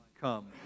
come